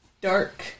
dark